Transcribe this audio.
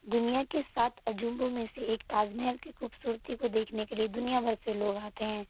दुनिया के सात अजूबों में से एक ताज महल की खूबसूरती को देखने के लिए दुनिया भर से लोग आते हैं